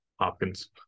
Hopkins